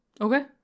Okay